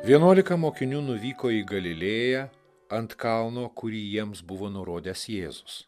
vienuolika mokinių nuvyko į galilėją ant kalno kurį jiems buvo nurodęs jėzus